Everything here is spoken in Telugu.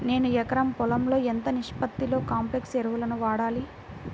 నేను ఎకరం పొలంలో ఎంత నిష్పత్తిలో కాంప్లెక్స్ ఎరువులను వాడాలి?